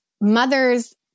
mothers